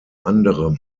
anderem